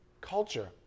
culture